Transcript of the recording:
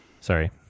Sorry